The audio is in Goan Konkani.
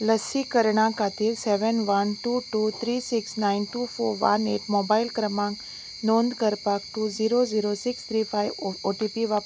लसीकरणा खातीर seven one two two three six nine two four one eight mobile क्रमांक नोंद करपाक two zero zero six three five O T P वापर